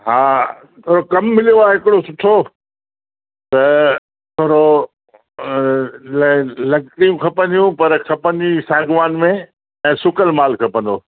हा कमु मिलियो आहे हिकिड़ो सुठो त थोरो ल लकिड़ियूं खपंदियूं पर खपंदी साॻवान में ऐं सुकलु मालु खपंदो